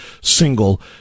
single